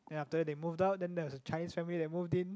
then after that they moved out then there was a Chinese family that moved in